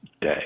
day